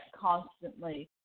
constantly